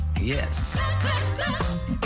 Yes